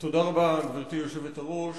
תודה רבה, גברתי היושבת-ראש.